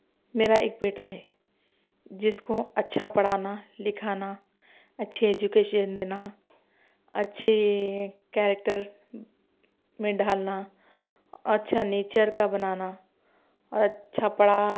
میرا ایک بیٹا ہے جس کو اچھا پڑھانا لکھانا اچھے ایجوکیشن دینا اچھے کیریکٹر میں ڈھالنا اور اچھا نیچر کا بنانا اور اچھا پڑھا